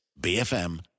BFM